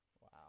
Wow